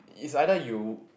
it's either you